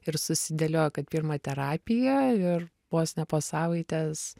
ir susidėliojo kad pirma terapija ir vos ne po savaitės